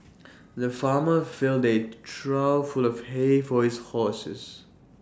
the farmer filled A trough full of hay for his horses